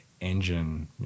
engine